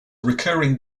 recurring